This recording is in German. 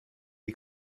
die